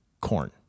corn